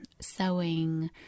sewing